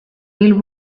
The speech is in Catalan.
mil